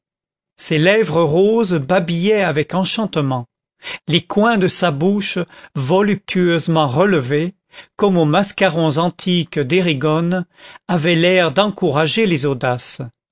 ses lèvres roses babillaient avec enchantement les coins de sa bouche voluptueusement relevés comme aux mascarons antiques d'érigone avaient l'air d'encourager les audaces